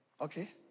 okay